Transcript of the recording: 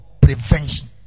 prevention